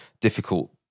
difficult